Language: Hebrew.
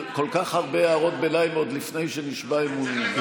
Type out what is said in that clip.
כל כך הרבה הערות ביניים עוד לפני שנשבע אמונים.